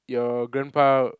your grandpa